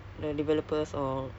mm